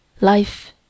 Life